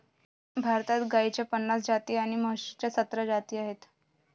भारतात गाईच्या पन्नास जाती आणि म्हशीच्या सतरा जाती आहेत